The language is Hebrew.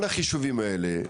כל החישובים האלה,